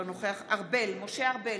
אינו נוכח משה ארבל,